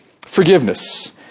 forgiveness